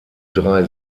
drei